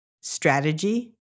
strategy